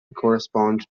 correspond